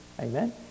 Amen